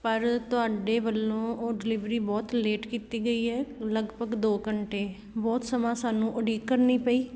ਪਰ ਤੁਹਾਡੇ ਵੱਲੋਂ ਉਹ ਡਿਲੀਵਰੀ ਬਹੁਤ ਲੇਟ ਕੀਤੀ ਗਈ ਹੈ ਲਗਭਗ ਦੋ ਘੰਟੇ ਬਹੁਤ ਸਮਾਂ ਸਾਨੂੰ ਉਡੀਕ ਕਰਨੀ ਪਈ